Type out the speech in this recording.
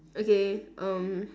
okay um